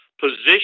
position